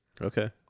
Okay